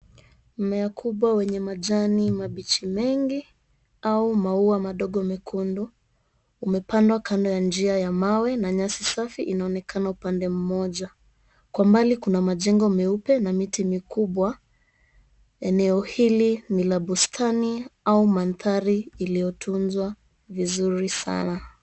Mmea mkubwa wenye majani mabichi mengi au maua madogo mekundu umepandwa kando ya njia ya mawe na nyasi safi inaonekana upande mmoja. Kwa mbali kuna majengo meupe na miti mikubwa. Eneo hili ni la bustani au maanthari yaliyotunzwa vizuri sana.